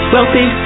Wealthy